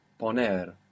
poner